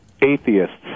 atheists